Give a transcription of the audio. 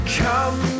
come